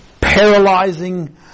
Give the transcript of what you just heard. paralyzing